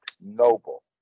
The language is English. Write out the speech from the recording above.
noble